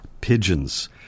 pigeons